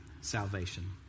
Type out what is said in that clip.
salvation